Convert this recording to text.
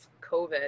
covid